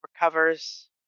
recovers